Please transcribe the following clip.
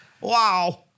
Wow